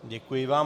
Děkuji vám.